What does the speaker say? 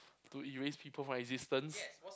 to erase people from existance